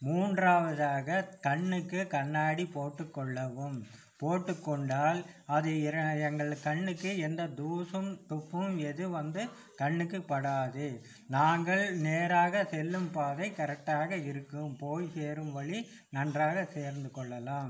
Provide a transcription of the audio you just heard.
மூன்றாவதாக கண்ணுக்கு கண்ணாடி போட்டுக்கொள்ளவும் போட்டுக் கொண்டால் அது இர எங்கள் கண்ணுக்கு எந்த தூசும் தும்பும் எதுவும் வந்து கண்ணுக்கு படாது நாங்கள் நேராக செல்லும் பாதை கரெட்டாக இருக்கும் போய் சேரும் வழி நன்றாக சேர்ந்து கொள்ளலாம்